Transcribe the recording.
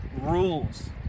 rules